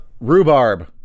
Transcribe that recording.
rhubarb